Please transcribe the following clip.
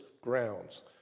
grounds